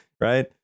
right